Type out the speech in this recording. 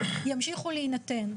ימשיכו להינתן,